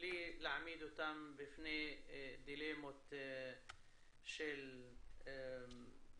בלי להעמיד אותן בפני דילמות של לספר